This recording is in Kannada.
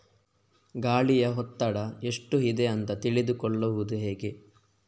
ಗಾಳಿಯ ಒತ್ತಡ ಎಷ್ಟು ಇದೆ ಅಂತ ತಿಳಿದುಕೊಳ್ಳುವುದು ಹೇಗೆ?